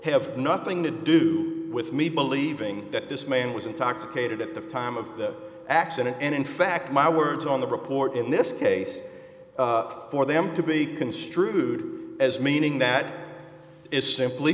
have nothing to do with me believing that this man was intoxicated at the time of the accident and in fact my words on the report in this case for them to be construed as meaning that is simply